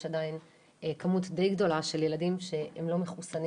יש עדיין כמות די גדולה של ילדים שהם לא מחוסנים